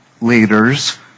leaders